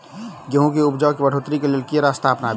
गेंहूँ केँ उपजाउ केँ बढ़ोतरी केँ लेल केँ रास्ता अपनाबी?